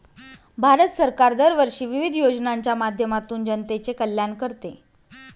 भारत सरकार दरवर्षी विविध योजनांच्या माध्यमातून जनतेचे कल्याण करते